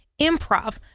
improv